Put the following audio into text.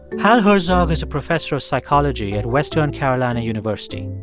hal herzog is a professor of psychology at western carolina university.